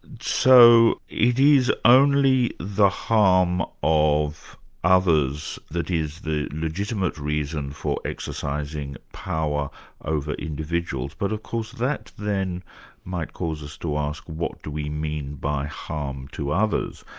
so it is only the harm of others that is the legitimate reason for exercising power over individuals, but of course that then might cause us to ask what do we mean by harm to others?